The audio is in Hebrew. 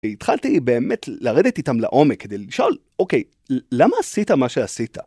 התחלתי באמת לרדת איתם לעומק כדי לשאול, אוקיי, למה עשית מה שעשית?